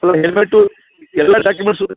ಅಲ್ಲ ಹೆಲ್ಮೆಟ್ಟು ಎಲ್ಲ ಡಾಕ್ಯುಮೆಂಟ್ಸು